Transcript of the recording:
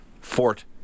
Fort